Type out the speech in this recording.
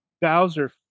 Bowser